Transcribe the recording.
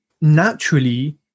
naturally